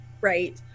Right